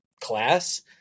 class